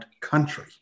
country